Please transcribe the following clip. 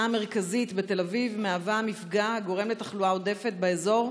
התחנה המרכזית בתל אביב מהווה מפגע הגורם לתחלואה עודפת באזור,